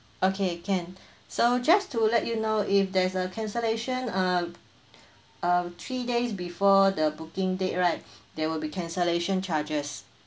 okay can so just to let you know if there's a cancellation uh uh three days before the booking date right there will be cancellation charges